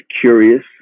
curious